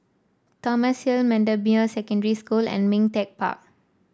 Thomson Hill Bendemeer Secondary School and Ming Teck Park